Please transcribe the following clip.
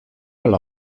alla